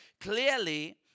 Clearly